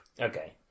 Okay